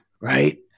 Right